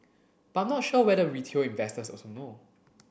but I'm not sure whether retail investors also know